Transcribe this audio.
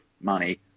money